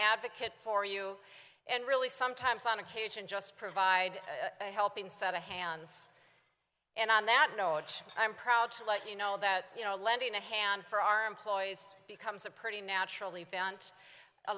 advocate for you and really sometimes on occasion just provide helping set a hands and on that note i'm proud to let you know that you know lending a hand for our employees becomes a pretty natural event